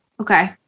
Okay